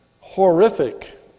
horrific